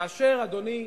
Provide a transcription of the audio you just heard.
כאשר, אדוני,